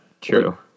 true